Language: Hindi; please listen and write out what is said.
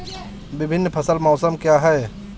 विभिन्न फसल मौसम क्या हैं?